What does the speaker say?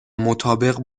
مطابق